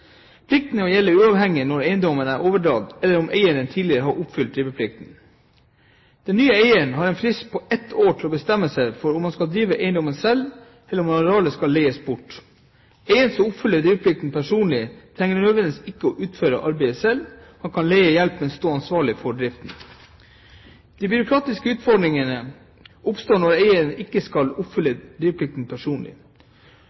Plikten gjelder uavhengig av når eiendommen ble overtatt, eller om eieren tidligere har oppfylt driveplikten. Den nye eieren har en frist på ett år til å bestemme seg for om han skal drive eiendommen selv, eller om arealet skal leies bort. Eiere som oppfyller driveplikten personlig, trenger ikke nødvendigvis å utføre arbeidet selv. Han kan leie hjelp, men må stå ansvarlig for driften. De byråkratiske utfordringene oppstår når eier ikke skal